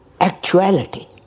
actuality